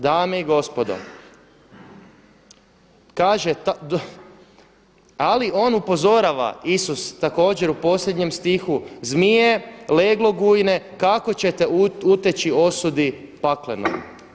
Dame i gospodo, ali on upozorava, Isus, također u posljednjem stihu: Zmije, leglo gujine, kako ćete uteći osudi paklenoj.